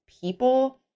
people